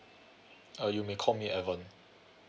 uh you may call me evan